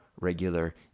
regular